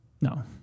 No